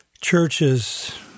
churches